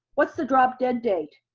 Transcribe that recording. what's the drop dead date?